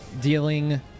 dealing